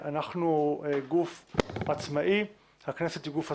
אנחנו גוף עצמאי, הכנסת היא גוף עצמאי,